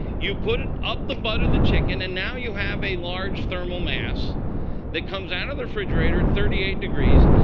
you put it up the butt but of the chicken. and now you have a large thermal mass that comes out of the refrigerator at thirty eight degrees.